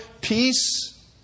peace